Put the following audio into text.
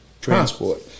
transport